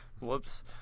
Whoops